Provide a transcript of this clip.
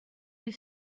you